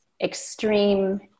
extreme